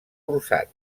rosat